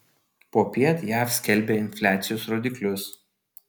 popiet jav skelbia infliacijos rodiklius